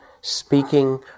speaking